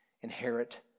inherit